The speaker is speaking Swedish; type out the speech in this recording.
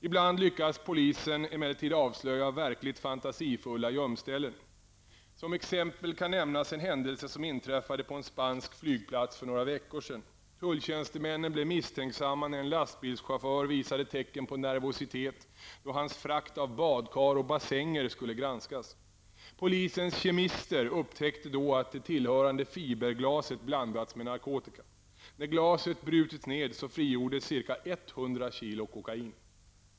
Ibland lyckas polisen emellertid avslöja verkligt fantasifulla gömställen. Som exempel kan nämnas en händelse som inträffade på en spansk flygplats för några veckor sedan. Tulltjänstemännen blev misstänksamma när en lastbilschaufför visade tecken på nervositet då hans frakt av badkar och bassänger skulle granskas. Polisens kemister upptäckte då att det tillhörande fiberglaset blandats med narkotika. När glaset brutits ned frigjordes ca 100 kilo kokain.